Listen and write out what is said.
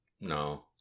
No